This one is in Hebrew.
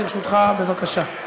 אותה אחר כך בקצרה.